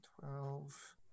Twelve